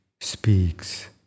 speaks